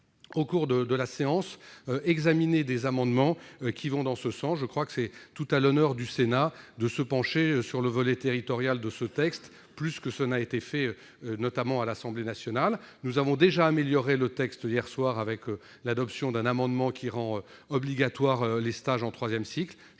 au cours de la séance, examiner des amendements allant en ce sens. C'est tout à l'honneur du Sénat que de se pencher sur le volet territorial de ce texte, plus que ne l'a fait, notamment, l'Assemblée nationale. Nous avons déjà amélioré le texte hier soir en adoptant un amendement visant à rendre obligatoires les stages en troisième cycle.